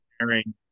sharing